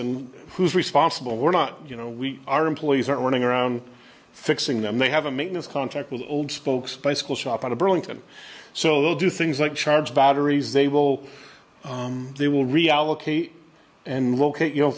and who's responsible we're not you know we our employees are running around fixing them they have a maintenance contract with old spokes bicycle shop out of burlington so they'll do things like charge batteries they will they will reallocate and locate you know